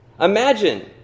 Imagine